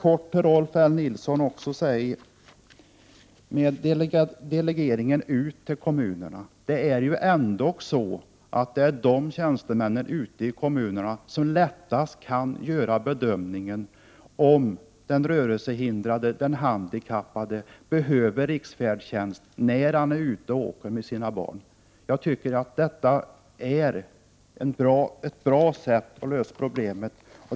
Till Rolf L Nilson vill jag kort säga, när det gäller delegeringen till kommunerna, att det ändå är tjänstemännen ute i kommunerna som lättast kan bedöma om den rörelsehindrade eller handikappade behöver riksfärdtjänst när han är ute och åker med sina barn. Jag tycker att detta är ett bra sätt att lösa problemet.